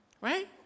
right